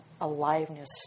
aliveness